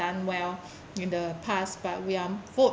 done well in the past but we are